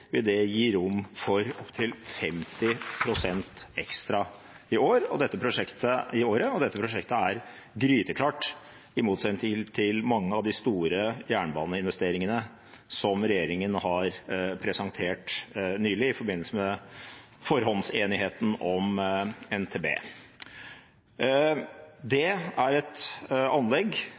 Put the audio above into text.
det gi rom for opptil 50 pst. ekstra i året. Og dette prosjektet er gryteklart, i motsetning til mange av de store jernbaneinvesteringene som regjeringen har presentert nylig, i forbindelse med forhåndsenigheten om